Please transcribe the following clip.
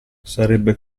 sarebbe